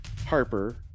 Harper